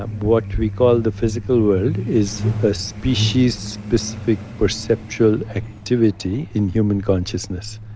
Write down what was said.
ah what we call the physical world is a species-specific perceptual activity in human consciousness.